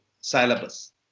syllabus